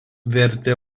vertė